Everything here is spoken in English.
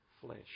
flesh